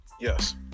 Yes